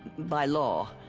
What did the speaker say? by law.